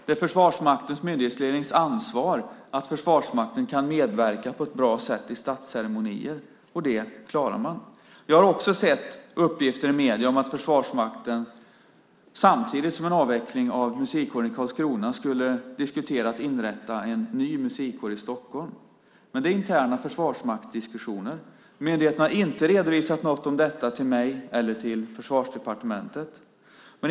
Det är Försvarsmaktens myndighetslednings ansvar att Försvarsmakten kan medverka på ett bra sätt i statsceremonier, och det klarar man. Jag har också sett uppgifter i medierna om att Försvarsmakten samtidigt med en avveckling av musikkåren i Karlskrona skulle diskutera att inrätta en ny musikkår i Stockholm. Det är interna försvarsmaktsdiskussioner. Myndigheten har inte redovisat någonting om detta till mig eller till Försvarsdepartementet.